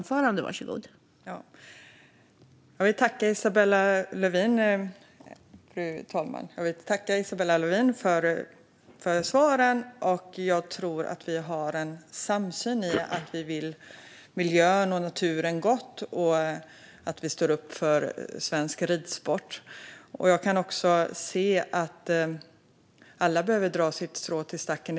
Fru talman! Jag vill tacka Isabella Lövin för svaren. Jag tror att vi har en samsyn i att vi vill miljön och naturen gott och att vi står upp för svensk ridsport. Jag kan också se att alla behöver dra sitt strå till stacken.